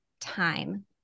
time